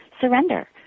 surrender